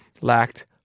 lacked